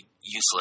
useless